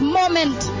moment